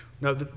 No